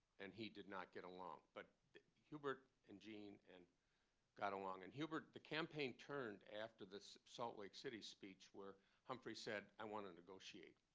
and he did not get along. but hubert and gene and got along. and the campaign turned after this salt lake city speech where humphrey said, i want to negotiate.